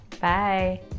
Bye